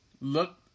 Look